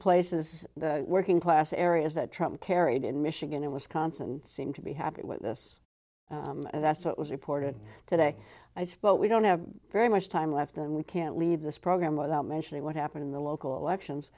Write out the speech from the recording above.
places working class areas that trump carried in michigan and wisconsin seem to be happy with this and that's what was reported today i suppose we don't have very much time left and we can't leave this program without mentioning what happened in the local elections